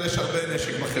אבל יש הרבה נשק בחברה הערבית.